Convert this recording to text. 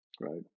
right